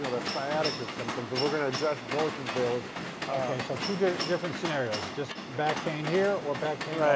ah the sciatica symptoms and we're gonna address both of those so two different scenarios, just back pain here or back pain,